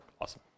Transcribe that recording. awesome